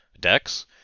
decks